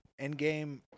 Endgame